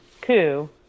coup